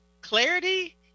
clarity